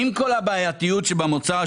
עם כל הבעייתיות שבמוצר,